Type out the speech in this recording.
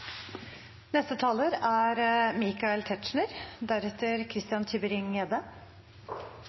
Neste taler er